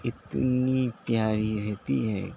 اتنی پیاری رہتی ہے